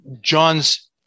John's